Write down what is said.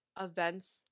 events